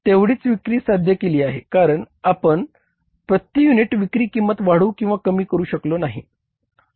आपण तेवढीच विक्री साध्य केली आहे कारण आपण प्रति युनिट विक्री किंमत वाढवू किंवा कमी करू शकलो नाही